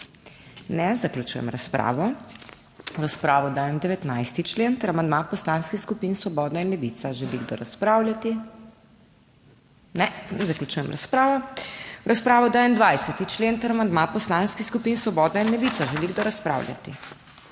Nihče. Zaključujem razpravo. V razpravo dajem 32. člen ter amandma poslanskih skupin Svoboda in Levica. Želi kdo razpravljati? Nihče. Zaključujem razpravo. V razpravo dajem 33. člen ter amandma poslanskih skupin Svoboda in Levica. Želi kdo razpravljati?